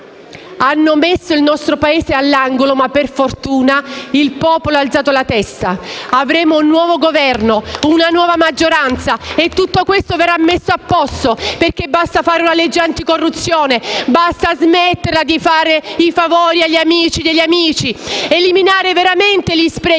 Hanno messo il nostro Paese all'angolo, ma per fortuna il popolo ha alzato la testa. *(Applausi dal Gruppo M5S)*. Avremo un nuovo Governo e una nuova maggioranza e tutto questo verrà messo a posto. Basta fare una legge anticorruzione e smetterla di fare i favori agli amici degli amici; eliminare veramente gli sprechi